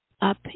up